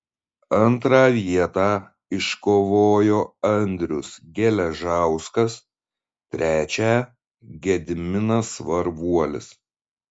antrą vietą iškovojo andrius geležauskas trečią gediminas varvuolis